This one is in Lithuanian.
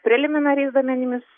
preliminariais duomenimis